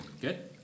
Good